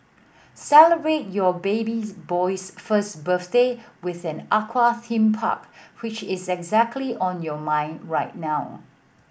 celebrate your baby boy's first birthday with an aqua theme park which is exactly on your mind right now